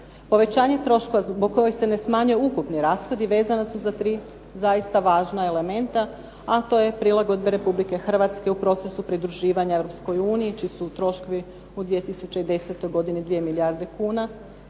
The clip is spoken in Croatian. Povećanje troškova zbog kojih se ne smanjuju ukupni rashodi vezani su za tri zaista važna elementa a to je prilagodba Republike Hrvatske u procesu pridruživanja Europskoj uniji čiji su troškovi u 2010. godini 2 milijarde kune.